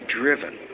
driven